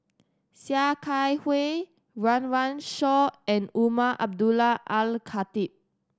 Sia Kah Hui Run Run Shaw and Umar Abdullah Al Khatib